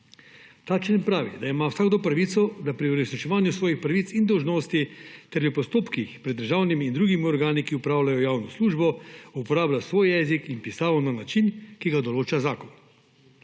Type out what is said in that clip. Ta člen pravi, da ima vsakdo pravico, da pri uresničevanju svojih pravic in dolžnosti ter v postopkih pred državnimi in drugimi organi, ki opravljajo javno službo, uporablja svoj jezik in pisavo na način, ki ga določa zakon.